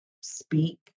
speak